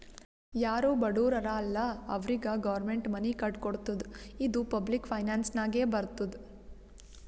ಯಾರು ಬಡುರ್ ಹರಾ ಅಲ್ಲ ಅವ್ರಿಗ ಗೌರ್ಮೆಂಟ್ ಮನಿ ಕಟ್ಕೊಡ್ತುದ್ ಇದು ಪಬ್ಲಿಕ್ ಫೈನಾನ್ಸ್ ನಾಗೆ ಬರ್ತುದ್